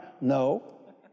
No